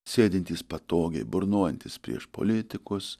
sėdintys patogiai burnojantys prieš politikus